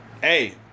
hey